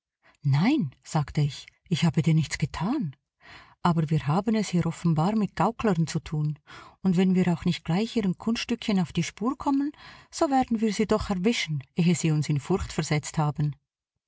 nein sagte ich ich habe dir nichts getan aber wir haben es hier offenbar mit gauklern zu tun und wenn wir auch nicht gleich ihren kunststückchen auf die spur kommen so werden wir sie doch erwischen ehe sie uns in furcht versetzt haben